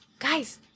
Guys